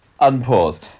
Unpause